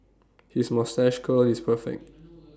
his moustache curl is perfect